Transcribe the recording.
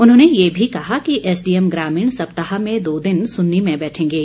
उन्होंने ये भी कहा कि एसडीएम ग्रामीण सप्ताह में दो दिन सुन्नी में बैठेंगे